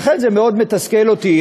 לכן, זה מאוד מתסכל אותי.